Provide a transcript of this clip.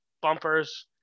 bumpers